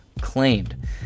claimed—